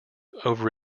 over